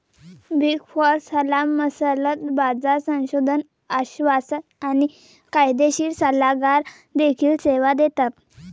big four सल्लामसलत, बाजार संशोधन, आश्वासन आणि कायदेशीर सल्लागार देखील सेवा देतात